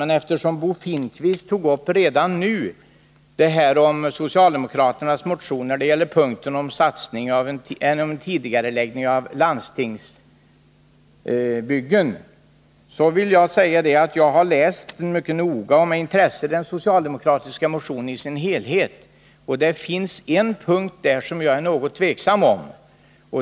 Men eftersom Bo Finnkvist redan nu tog upp det avsnitt i socialdemokraternas motion som gäller tidigareläggning av landstingsbyggen vill jag säga att jag har läst motionen i dess helhet mycket noga och med intresse. Det finns en punkt där som jag är något tveksam om.